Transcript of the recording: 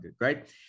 right